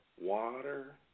water